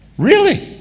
really?